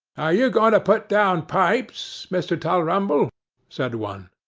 are you going to put down pipes, mr. tulrumble said one.